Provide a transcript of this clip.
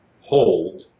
hold